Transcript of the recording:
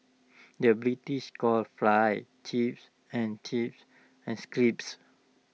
the British calls Fries Chips and chips and scrips